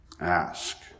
ask